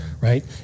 right